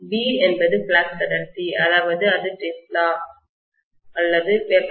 B என்பது flux அடர்த்தி அதாவது இது டெஸ்லா அல்லது Wbm2